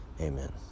Amen